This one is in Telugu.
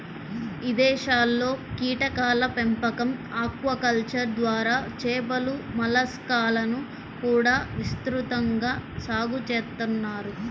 ఇదేశాల్లో కీటకాల పెంపకం, ఆక్వాకల్చర్ ద్వారా చేపలు, మలస్కాలను కూడా విస్తృతంగా సాగు చేత్తన్నారు